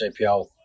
JPL